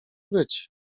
być